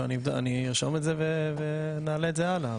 אני ארשום את זה ונעלה את זה הלאה.